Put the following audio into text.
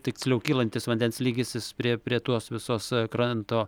tiksliau kylantis vandens lygis jis prie prie tos visos kranto